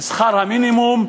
שכר המינימום,